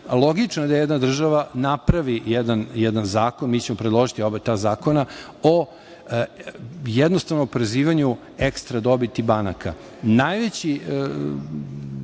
logično je da jedna država napravi jedan zakon, mi ćemo predložiti oba zakona, o jednostavnom oporezivanju ekstra dobiti banaka. Oni